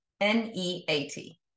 n-e-a-t